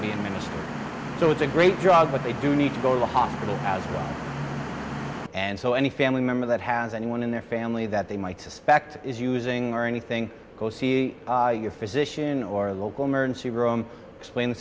then be imminent so it's a great drug but they do need to go to the hospital and so any family member that has anyone in their family that they might suspect is using or anything go see your physician or a local emergency room explain the